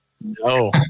No